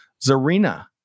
Zarina